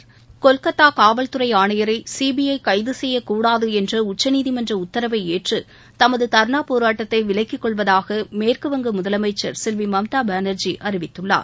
உச்சநீதிமன்றம் கொல்கத்தா காவல் ஆணையரை சிபிஐ கைது செய்யக்கூடாது என்ற உத்தரவை ஏற்று தமது தர்ணா போராட்டத்தை விலக்கிக்கொள்வதாக மேற்கு வங்க முதலமைச்சர் செல்வி மம்தா பானர்ஜி அறிவித்துள்ளார்